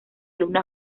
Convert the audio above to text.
luna